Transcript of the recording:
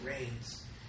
rains